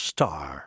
Star